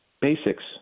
basics